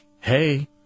hey